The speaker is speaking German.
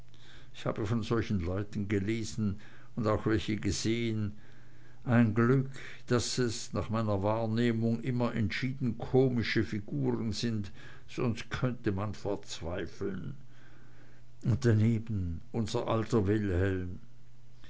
ich habe von solchen leuten gelesen und auch welche gesehn ein glück daß es nach meiner wahrnehmung immer entschieden komische figuren sind sonst könnte man verzweifeln und daneben unser alter wilhelm